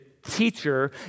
Teacher